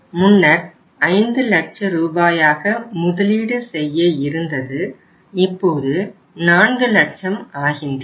முன்னர் 5 லட்ச ரூபாயாக முதலீடு செய்ய இருந்தது இப்போது 4 லட்சம் ஆகிறது